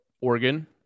Oregon